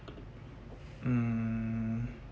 um